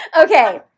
Okay